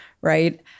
right